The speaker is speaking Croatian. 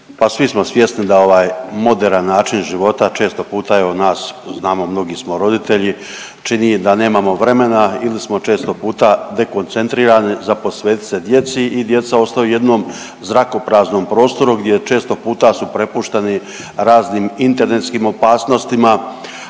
pa svi smo svjesni da ovaj moderan način života često puta evo nas znamo mnogi smo roditelji čini da nemamo vremena ili smo često puta dekoncentrirani za posvetiti se djeci i djeca ostaju u jednom zrakopraznom prostoru gdje često puta se prepušteni raznim internetskim opasnostima.